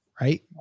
right